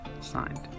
Signed